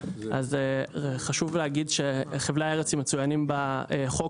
אז חשוב להגיד שחבלי הארץ שמצוינים בחוק